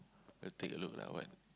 take a look lah what